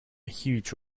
huge